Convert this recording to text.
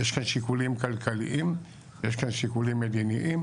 יש כאן שיקולים כלכליים, יש כאן שיקולים מדיניים.